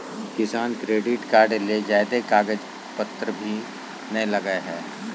किसान credit card ले ज्यादे कागज पतर भी नय लगय हय